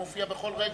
הוא מופיע בכל רגע.